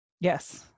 Yes